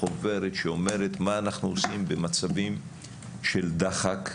חוברת שאומרת מה אנחנו עושים במצבים של דחק,